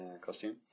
costume